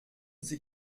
sie